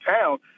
town